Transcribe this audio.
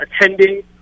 attending